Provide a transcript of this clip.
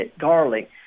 garlic